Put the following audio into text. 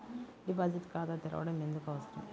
Deposit ఖాతా తెరవడం ఎందుకు అవసరం?